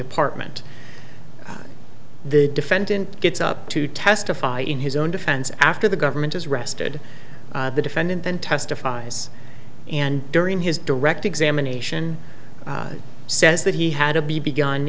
apartment the defendant gets up to testify in his own defense after the government has rested the defendant then testifies and during his direct examination says that he had a b b gun